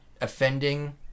offending